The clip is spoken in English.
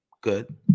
good